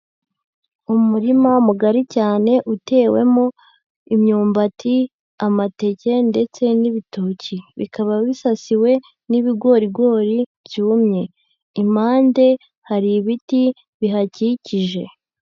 Umurima mugari cyane utewemo imyumbati, amateke ndetse n'ibitoki, bikaba bisasiwe n'ibigorigori byumye, impande hari ibiti bihakikije.